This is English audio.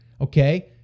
okay